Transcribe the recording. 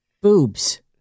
Boobs